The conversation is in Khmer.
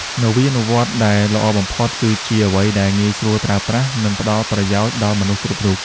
នវានុវត្តន៍ដែលល្អបំផុតគឺជាអ្វីដែលងាយស្រួលប្រើប្រាស់ និងផ្ដល់ប្រយោជន៍ដល់មនុស្សគ្រប់រូប។